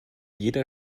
jeder